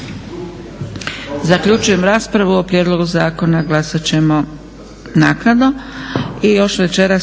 Zaključujem raspravu. O prijedlogu Zakona glasati ćemo naknadno.